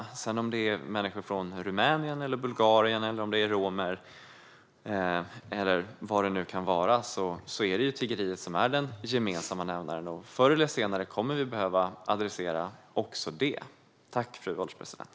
Oavsett om det är människor från Rumänien eller Bulgarien, eller om det är romer eller vad det nu kan vara, är tiggeriet den gemensamma nämnaren. Förr eller senare kommer vi att behöva adressera också tiggeriet.